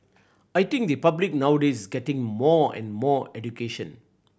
I think the public nowadays is getting more and more education